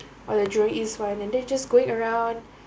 or the jurong east one and they just going around